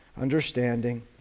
understanding